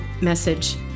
message